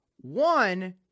One